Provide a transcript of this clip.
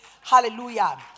Hallelujah